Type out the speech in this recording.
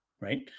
right